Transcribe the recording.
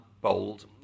bold